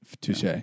touche